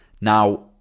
Now